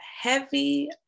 heavy